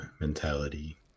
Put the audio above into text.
mentality